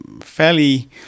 fairly